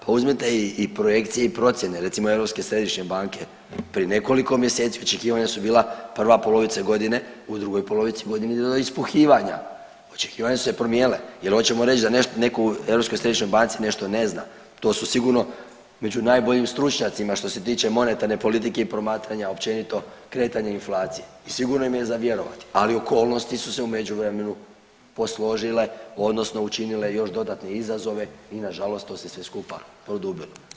Pa uzmite i projekcije i procjene recimo Europske središnje banke, prije nekoliko mjeseci očekivanja su bila prva polovica godine, u drugoj polovici godine izgleda ispuhivanja, očekivanja su se promijenile, jel oćemo reć da neko u Europskoj središnjoj banci nešto ne zna, to su sigurno među najboljim stručnjacima što se tiče monetarne politike i promatranja općenito kretanje inflacije i sigurno im je za vjerovati, ali okolnosti su se u međuvremenu posložile odnosno učinile još dodatne izazove i nažalost to se sve skupa produbilo.